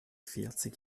vierzig